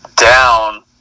down